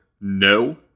No